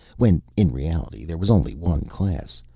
when in reality there was only one class,